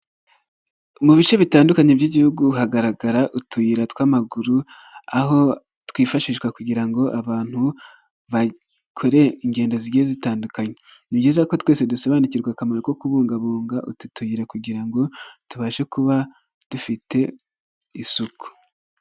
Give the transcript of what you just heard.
Mu bice bitandukanye by'Igihugu hagaragara utuyira tw'amaguru aho twifashishwa kugira ngo abantu bakore ingendo zigiye zitandukanye, ni byiza ko twese dusobanukirwa akamaro ko kubungabunga utu tuyira kugira ngo tubashe kuba dufite isuku.